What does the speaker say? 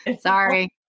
Sorry